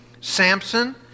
Samson